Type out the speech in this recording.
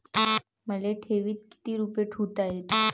मले ठेवीत किती रुपये ठुता येते?